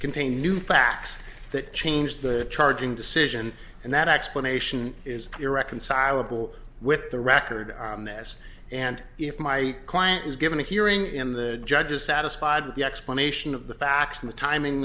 containing new facts that change the charging decision and that explanation is irreconcilable with the record on this and if my client is given a hearing in the judge is satisfied with the explanation of the facts and the timing